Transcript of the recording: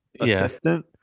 assistant